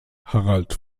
harald